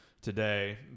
today